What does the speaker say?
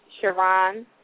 Sharon